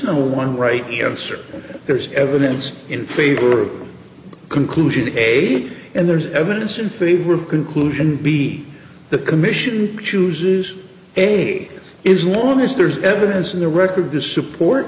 no one right answer there's evidence in favor of conclusion a and there's evidence in favor of conclusion b the commission chooses a is known as there's evidence in the record to support